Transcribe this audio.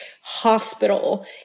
hospital